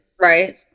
Right